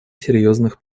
серьезных